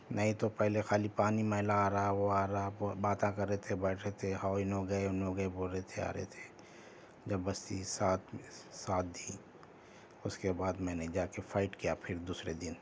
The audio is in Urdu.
نہیں تو پہلے خالی پانی میلا آ رہا وہ آ رہا آپ باتاں کر رہے تھے بیٹھے تھے ہاؤ انہوں گئے انہوں گئے بول رہے تھے آ رہے تھے جب بستی ساتھ ساتھ دی اس کے بعد میں نے جا کے فائٹ کیا پھر دوسرے دن